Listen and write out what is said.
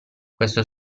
questo